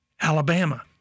Alabama